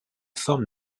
forme